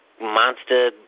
monster